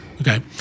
Okay